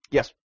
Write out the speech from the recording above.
Yes